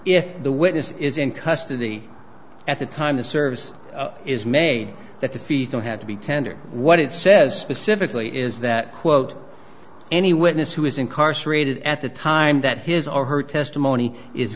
if the witness is in custody at the time the service is made that the feet don't have to be tendered what it says specifically is that quote any witness who is incarcerated at the time that his or her testimony is